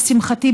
לשמחתי,